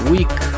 Week